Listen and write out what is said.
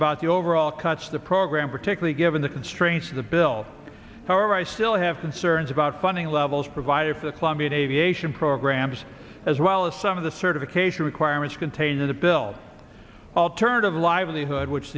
about the overall cuts the program particularly given the constraints of the bill however i still have concerns about funding levels provided for the climate aviation programs as well as some of the certification requirements contained in the bill alternative livelihood which